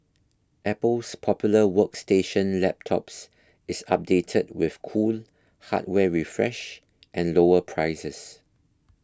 apple's popular workstation laptops is updated with cool hardware refresh and lower prices